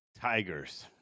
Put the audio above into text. Tigers